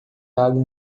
água